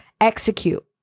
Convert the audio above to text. execute